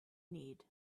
need